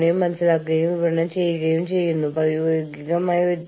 കൂടാതെ അവർക്ക് എല്ലാ വിവരങ്ങളും ലഭിക്കാൻ അവകാശമുണ്ട്